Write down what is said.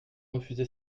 refusé